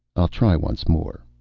i'll try once more.